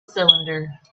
cylinder